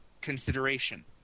consideration